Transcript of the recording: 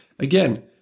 Again